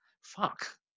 fuck